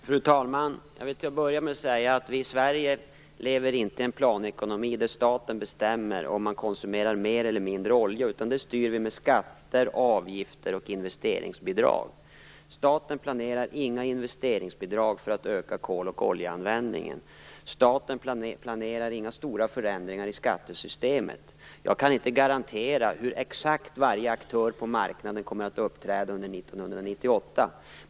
Fru talman! Till att börja med vill jag säga att vi i Sverige inte lever i en planekonomi där staten bestämmer om man skall konsumera mer eller mindre olja utan detta styrs av skatter, avgifter och investeringsbidrag. Staten planerar inte några investeringsbidrag för att få till stånd en ökad användning av kol och olja. Staten planerar inga stora förändringar i skattesystemet. Jag kan inte garantera exakt hur varje aktör på marknaden kommer att uppträda under 1998.